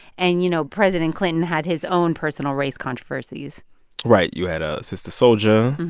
and you know, president clinton had his own personal race controversies right. you had ah sister souljah,